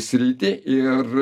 sritį ir